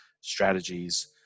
strategies